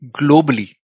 globally